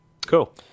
cool